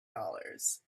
dollars